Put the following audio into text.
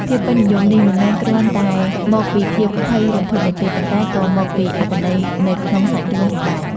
ភាពពេញនិយមនេះមិនមែនគ្រាន់តែមកពីភាពភ័យរន្ធត់នោះទេ ប៉ុន្តែក៏មកពីអត្ថន័យនៅក្នុងសាច់រឿងផងដែរ។